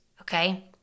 Okay